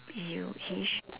he will he sh~